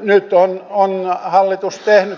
nyt on hallitus tehnyt tämän